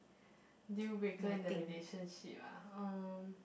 deal breaker in the relationship ah uh